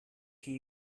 can